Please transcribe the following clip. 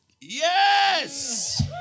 Yes